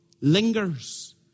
lingers